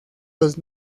los